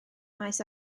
maes